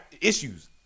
issues